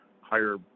higher